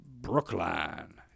Brookline